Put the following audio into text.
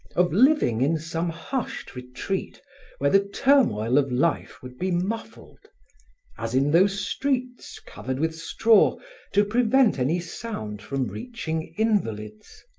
of living in some hushed retreat where the turmoil of life would be muffled as in those streets covered with straw to prevent any sound from reaching invalids.